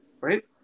right